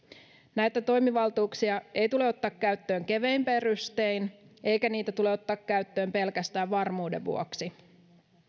näitä toimivaltuuksia ei tule ottaa käyttöön kevein perustein eikä niitä tule ottaa käyttöön pelkästään varmuuden vuoksi